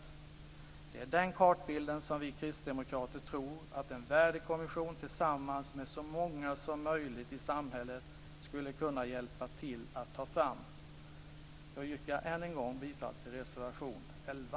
Det är den kartbilden som vi kristdemokrater tror att en värdekommission, tillsammans med så många som möjligt i samhället, skulle kunna hjälpa till att ta fram. Jag yrkar än en gång bifall till reservation 11.